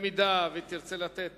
האם תרצה לתת